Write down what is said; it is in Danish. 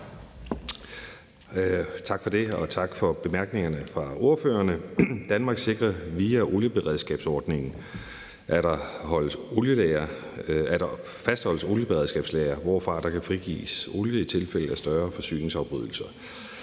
Tak for det, og tak for bemærkningerne fra ordførerne. Danmark sikrer via olieberedskabsordningen, at der fastholdes olieberedskabslagre, hvorfra der kan frigives olie i tilfælde af større forsyningsafbrydelser.